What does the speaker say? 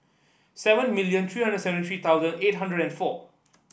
seven million three hundred seventy three thousand eight hundred and four